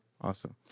Awesome